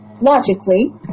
logically